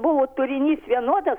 buvo turinys vienodas